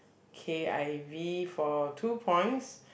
K Ivy for two points